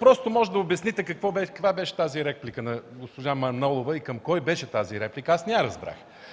просто да обясните каква беше тази реплика на госпожа Манолова и към кого беше. Аз не я разбрах.